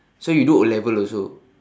so you do O-level also